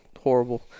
Horrible